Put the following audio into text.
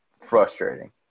frustrating